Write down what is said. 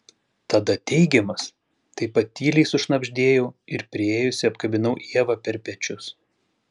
tada teigiamas taip pat tyliai sušnabždėjau ir priėjusi apkabinau ievą per pečius